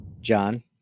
John